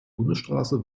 bundesstraße